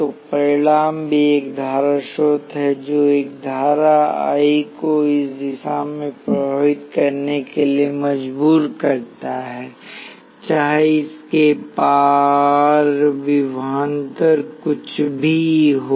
तो परिणाम भी एक धारा स्रोत है जो एक धारा I को इस दिशा में प्रवाहित करने के लिए मजबूर करता है चाहे इसके पार विभवांतर कुछ भी हो